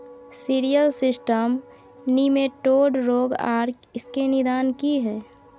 Cereal system nematode रोग आर इसके निदान की हय?